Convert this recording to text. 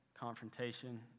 confrontation